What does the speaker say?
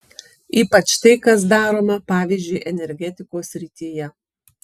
ypač tai kas daroma pavyzdžiui energetikos srityje